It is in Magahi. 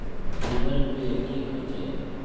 गूगल पै की होचे?